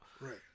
Right